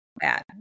Bad